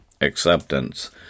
acceptance